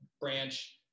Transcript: branch